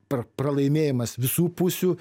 pra pralaimėjimas visų pusių